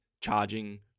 charging